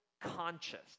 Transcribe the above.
conscious